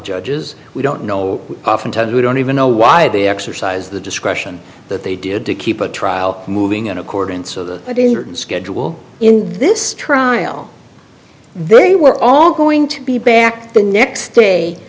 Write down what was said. judges we don't know oftentimes we don't even know why they exercise the discretion that they did to keep a trial moving in accordance of the schedule in this trial they were all going to be back the next day